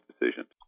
decisions